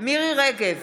מירי מרים רגב,